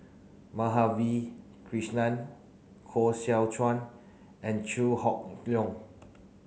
Madhavi Krishnan Koh Seow Chuan and Chew Hock Leong